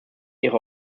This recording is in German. ihre